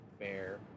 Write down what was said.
fair